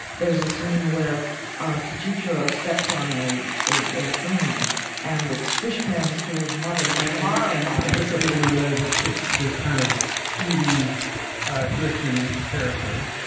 there's a scene where kitchy charro steps on a a fumi and it's swish pans to his mother and ah i and i just so people know who that is it's it's this kind of skeevy christian character.